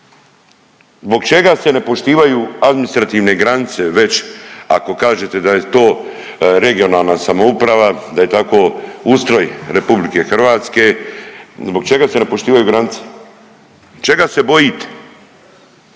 Zbog čega se ne poštivaju administrativne granice već ako kažete da je to regionalna samouprava, da je tako ustroj RH zbog čega se ne poštivaju granice? Čega se bojite?